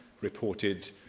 reported